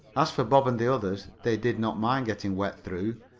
as for bob and the others, they did not mind getting wet through,